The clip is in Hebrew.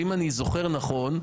אם אני זוכר נכון,